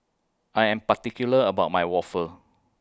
I Am particular about My Waffle